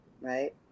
right